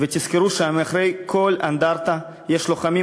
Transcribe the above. ותזכרו שמאחורי כל אנדרטה יש לוחמים